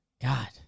God